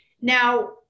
Now